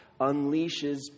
unleashes